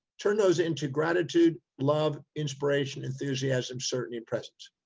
turn those into gratitude, love, inspiration, enthusiasm, certainty, and presence,